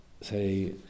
say